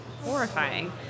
horrifying